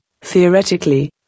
theoretically